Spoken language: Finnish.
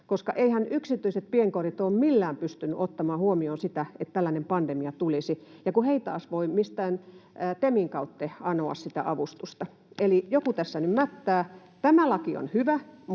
koska eiväthän yksityiset pienkodit ole millään pystyneet ottamaan huomioon sitä, että tällainen pandemia tulisi, ja he eivät taas voi mistään TEMin kautta anoa sitä avustusta. Eli joku tässä nyt mättää. Tämä laki on hyvä,